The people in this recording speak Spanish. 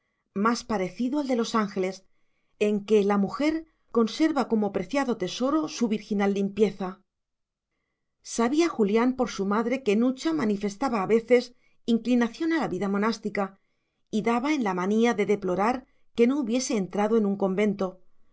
más parecido al de los ángeles en que la mujer conserva como preciado tesoro su virginal limpieza sabía julián por su madre que nucha manifestaba a veces inclinación a la vida monástica y daba en la manía de deplorar que no hubiese entrado en un convento